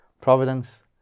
providence